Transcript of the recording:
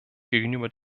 gegenüber